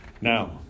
Now